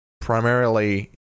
Primarily